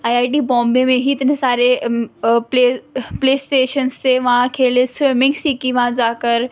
I I T Bombay میں ہی اتنے سارے پلے پلے اسٹیشنز تھے وہاں کھیلے سوئمنگ سیکھی وہاں جا کر